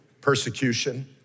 persecution